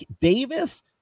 Davis